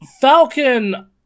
Falcon